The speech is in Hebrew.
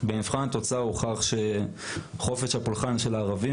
במבחן התוצאה הוכח שחופש הפולחן של הערבים